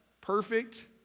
Perfect